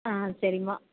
ஆ சரிம்மா